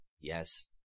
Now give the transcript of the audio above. Yes